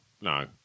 no